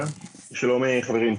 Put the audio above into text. חברים.